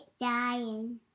dying